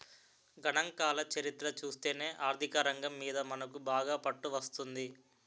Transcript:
గణాంకాల చరిత్ర చూస్తేనే ఆర్థికరంగం మీద మనకు బాగా పట్టు వస్తుంది